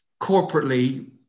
corporately